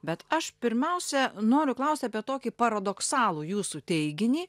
bet aš pirmiausia noriu klausti apie tokį paradoksalų jūsų teiginį